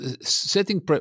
Setting